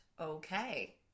okay